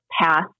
path